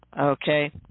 okay